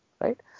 right